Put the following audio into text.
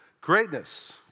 Greatness